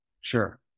Sure